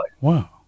Wow